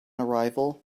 arrival